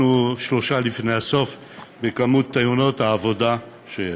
אנחנו מקום שלישי לפני הסוף בכמות תאונות העבודה שיש.